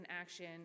action